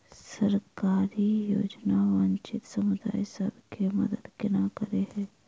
सरकारी योजना वंचित समुदाय सब केँ मदद केना करे है?